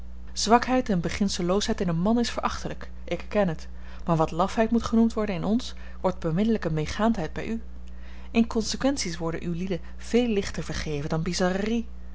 zwakheid en beginselloosheid in een man is verachtelijk ik erken het maar wat lafheid moet genoemd worden in ons wordt beminnelijke meegaandheid bij u inconsequenties worden ulieden veel lichter vergeven dan